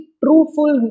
truthful